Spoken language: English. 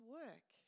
work